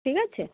ঠিক আছে